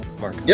Mark